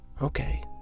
Okay